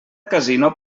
casino